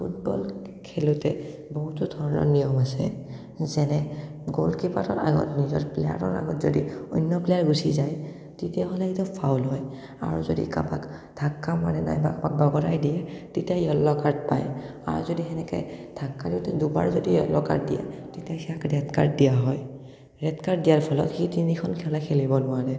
football খেলোঁতে বহুতো ধৰণৰ নিয়ম আছে যেনে গ'ল কিপাৰৰ আগত নিজৰ প্লেয়াৰৰ আগত যদি অন্য প্লেয়াৰ গুচি যায় তেতিয়াহ'লে এইটো ফাউল হয় আৰু যদি কাৰোবাক ধাক্কা মাৰে নাইবা বগৰাই দিয়ে তেতিয়া য়েল্ল' কাৰ্ড পায় আৰু যদি সেনেকে ধাক্কা দিওঁতে দুবাৰ যদি য়েল্ল' কাৰ্ড দিয়ে তেতিয়া সিয়াক ৰেড কাৰ্ড দিয়া হয় ৰেড কাৰ্ড দিয়াৰ ফলত সি তিনিখন খেল খেলিব নোৱাৰে